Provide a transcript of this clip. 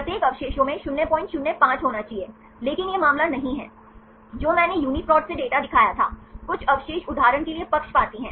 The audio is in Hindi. प्रत्येक अवशेषों में 005 होना चाहिए लेकिन यह मामला नहीं है जो मैंने यूनीप्रोट से डेटा दिखाया था कुछ अवशेष उदाहरण के लिए पक्षपाती हैं